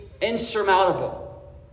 insurmountable